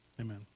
Amen